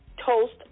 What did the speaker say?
toast